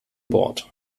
bord